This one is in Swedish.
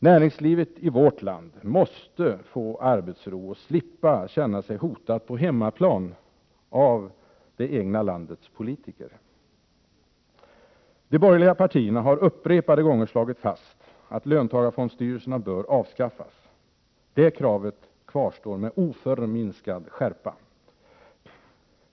Näringslivet i vårt land måste få arbetsro och slippa känna sig hotat på hemmaplan — av det egna landets politiker. De borgerliga partierna har upprepade gånger slagit fast att löntagarfondstyrelserna bör avskaffas; det kravet kvarstår med oförminskad skärpa.